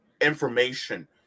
information